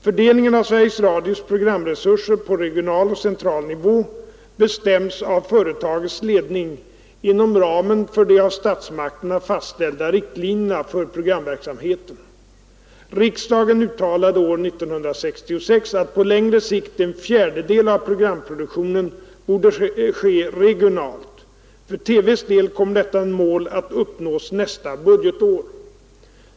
Fördelningen av Sveriges Radios programresurser på regional och central nivå bestäms av företagets ledning inom ramen för de av statsmakterna fastställda riktlinjerna för programverksamheten. Riks dagen uttalade år 1966 att på längre sikt en fjärdedel av programproduktionen borde ske regionalt. För TV:s del kommer detta mål att uppnås nästa budgetår.